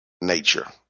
nature